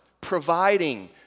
providing